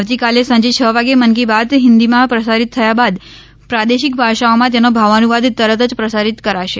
આવતીકાલે સાંજે છ વાગે મન કી બાત હિન્દીમાં પ્રસારિત થયા બાદ પ્રાદેશિક ભાષાઓમાં તેનો ભાવાનુવાદ તરત પ્રસારિત કરાશે